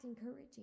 encouraging